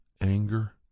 anger